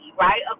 Right